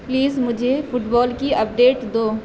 please مجھے football کی update دو